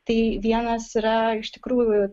tai vienas yra iš tikrųjų